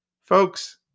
Folks